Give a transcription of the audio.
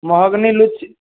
महगनी लीची